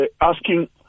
asking